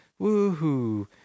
Woohoo